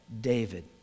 David